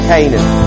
Canaan